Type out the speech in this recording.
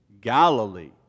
Galilee